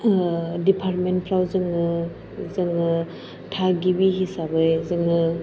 department फोराव जोङो थागिबि हिसाबै जोङो